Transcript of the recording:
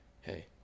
hey